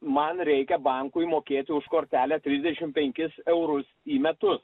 man reikia bankui mokėti už kortelę trisdešim penkis eurus į metus